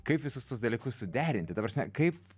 kaip visus tuos dalykus suderinti ta prasme kaip